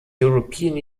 european